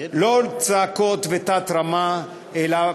לא צעקות ותת-רמה אלא